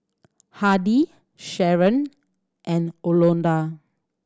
Hardie Sharen and